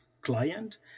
client